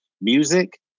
music